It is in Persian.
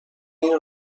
این